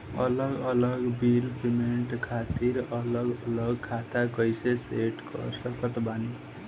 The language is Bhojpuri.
अलग अलग बिल पेमेंट खातिर अलग अलग खाता कइसे सेट कर सकत बानी?